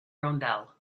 roundel